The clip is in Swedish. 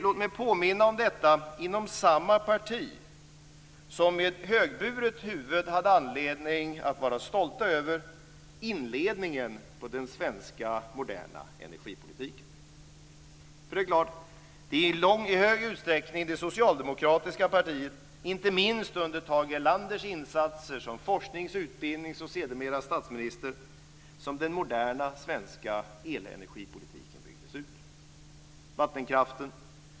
Låt mig påminna om att det sker inom samma parti som med högburet huvud hade anledning att vara stolta över inledningen på den svenska moderna energipolitiken. Det är i hög utsträckning det socialdemokratiska partiet, inte minst under Tage Erlanders insatser som forsknings-, utbildnings och sedermera statsminister som den moderna svenska elenergipolitiken byggdes ut med vattenkraften.